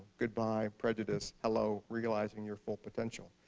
goodbye prejudice. hello, realizing your full potential.